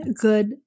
good